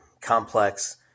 complex